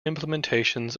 implementations